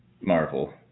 Marvel